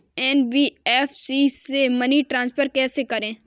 NBFC से money transfer कैसे करें?